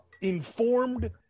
informed